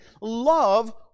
love